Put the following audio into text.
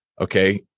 okay